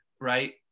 right